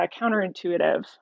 counterintuitive